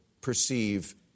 perceive